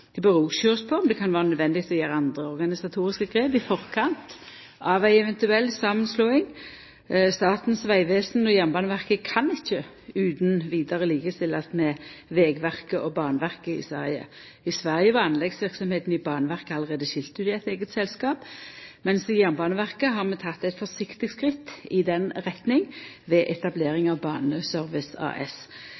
dei nordiske landa. Resultata frå denne kartlegginga vil vera med på å leggja grunnlag for om det eventuelt skal skje meir utgreiingsarbeid. Ein bør òg sjå på om det kan vera nødvendig å gjera andre organisatoriske grep i forkant av ei eventuell samanslåing. Statens vegvesen og Jernbaneverket kan ikkje utan vidare likestillast med Vägverket og Banverket i Sverige. I Sverige var anleggsverksemda i Banverket allereie skilt ut i eit eige selskap,